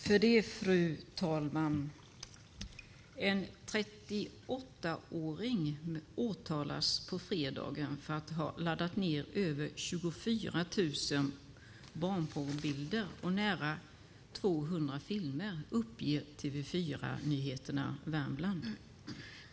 Fru talman! En 38-åring åtalas på fredagen för att ha laddat ned över 24 000 barnporrbilder och nära 200 filmer, uppger TV 4-nyheterna Värmland.